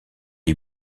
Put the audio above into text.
est